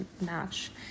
match